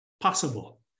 possible